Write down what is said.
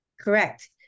Correct